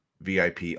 VIP